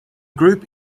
group